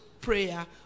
prayer